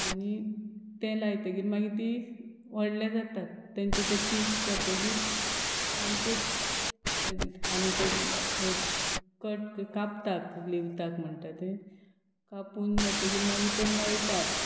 आनी तें लायतगीर मागीर ती व्हडले जातात तेंचे तें पीक जातकीर मागीर तें आमी तें कट कापतात लेवतात म्हणटा तें कापून जातकीर मागीर तें मळटात